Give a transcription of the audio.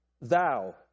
thou